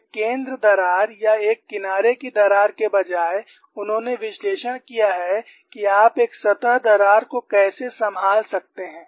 एक केंद्र दरार या एक किनारे की दरार के बजाय उन्होंने विश्लेषण किया है कि आप एक सतह दरार को कैसे संभाल सकते हैं